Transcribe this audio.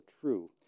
true